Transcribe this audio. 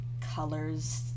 colors